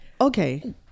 okay